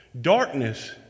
darkness